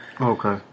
Okay